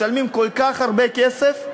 משלמים כל כך הרבה כסף,